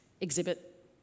exhibit